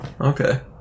Okay